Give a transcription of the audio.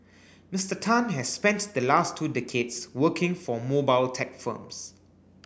Mister Tan has spent the last two decades working for mobile tech firms